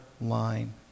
line